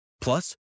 Plus